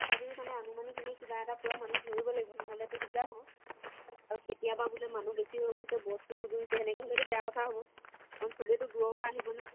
তথাপিও মানে আনুমানিক ইনেই কিবা এটা পূৰা মানুহ ধৰিব লাগিব নহ'লেতো দিগদাৰ হ'ব আৰু কেতিয়াবা বোলে মানুহ বেছি হৈ গৈছে বস্তু নুজোৰিছে সেনেকৈ হ'লেতো বেয়া কথা হ'ব কাৰণ চবেইতো দূৰৰপৰা আহিব ন